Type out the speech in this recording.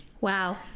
wow